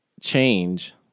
change